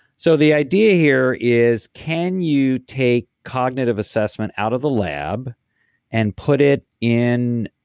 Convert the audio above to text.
so the idea here is, can you take cognitive assessment out of the lab and put it in.